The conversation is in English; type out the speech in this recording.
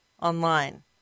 online